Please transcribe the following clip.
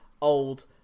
old